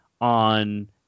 on